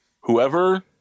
Whoever